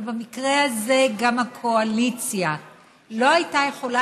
אבל במקרה הזה גם הקואליציה לא הייתה יכולה